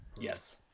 Yes